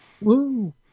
Woo